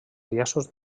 llaços